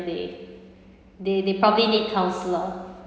day they they probably need counsellor